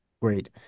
Great